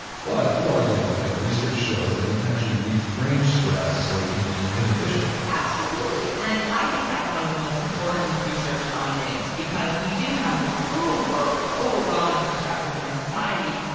but you argue in the book that research shows that we can actually reframe stress so it can be beneficial absolutely. and i think that's one of the most important research findings. because we do have this overwhelming perspective in our society,